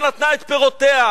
שנתנה את פירותיה,